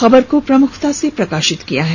खबर को प्रमुखता से प्रकाशित किया है